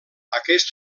aquest